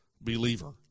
believer